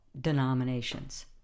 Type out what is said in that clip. denominations